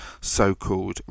so-called